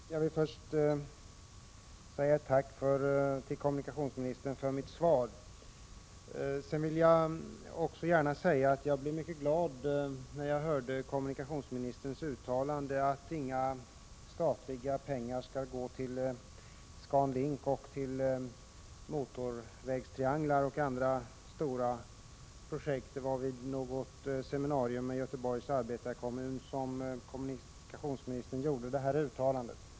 Herr talman! Först vill jag uttala ett tack till kommunikationsministern för svaret. Sedan vill jag också gärna säga att jag blev mycket glad när jag tog del av kommunikationsministerns uttalande att inga statliga pengar skall gå till ScanLink, motorvägstrianglar och andra stora projekt. Det var vid något seminarium i Göteborgs arbetarkommun som kommunikationsministern gjorde detta uttalande.